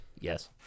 Yes